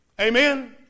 Amen